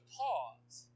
pause